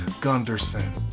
Gunderson